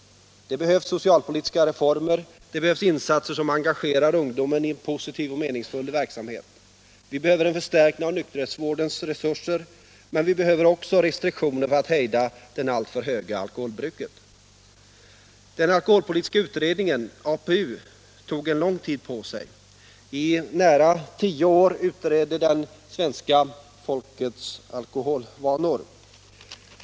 Det behövs socialpolitiska reformer. Det behövs insatser som engagerar ungdomen i positiv och meningsfull verksamhet. Vi behöver en förstärkning av nykterhetsvårdens resurser. Men vi behöver också restriktioner för att hejda det alltför stora alkoholbruket. Den alkoholpolitiska utredningen — APU — tog lång tid på sig. I nära tio år utredde den svenska folkets alkoholvanor.